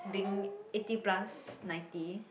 being eighty plus ninety